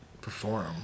Perform